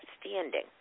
standing